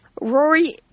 Rory